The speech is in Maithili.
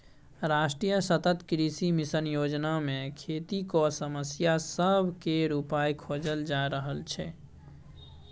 राष्ट्रीय सतत कृषि मिशन योजना मे खेतीक समस्या सब केर उपाइ खोजल जा रहल छै